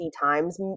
times